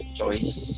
choice